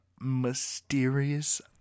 mysterious